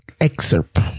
excerpt